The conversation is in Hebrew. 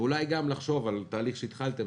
ואולי גם לחשוב על תהליך שהתחלתם,